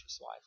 life